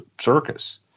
circus